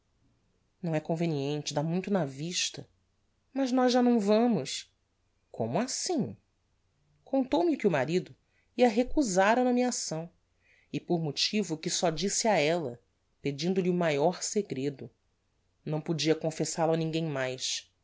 não é conveniente dá muito na vista mas nós já não vamos como assim contou-me que o marido ia recusar a nomeação e por motivo que só disse a ella pedindo-lhe o maior segredo não podia confessal-o a ninguem mais